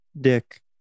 dick